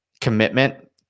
commitment